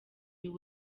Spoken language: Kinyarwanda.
you